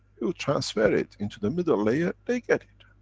you'll transfer it into the middle layer. they get it.